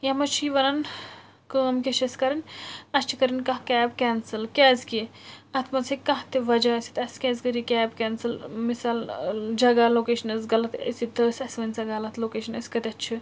یَتھ منٛز چھُ یہِ وَنان کٲم کیٛاہ چھِ اسہِ کَرٕنۍ اسہِ چھِ کَرٕنۍ کانٛہہ کیب کیٚنسل کیٛاز کہِ اَتھ منٛز ہیٚکہِ کانٛہہ تہِ وجہ ٲسِتھ اسہِ کیٛازِ کٔر یہِ کیب کیٚنسل ٲں مِثال ٲں جگہ لوکیش آسہِ غلط أسۍ تہٕ اسہِ وَنہِ سۄ غلط لوکیشَن أسۍ کتیٚتھ چھِ